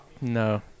no